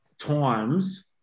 times